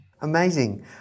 Amazing